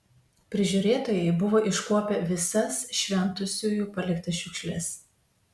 prižiūrėtojai buvo iškuopę visas šventusiųjų paliktas šiukšles